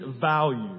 value